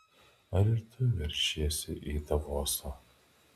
ar ir tu veršiesi į davosą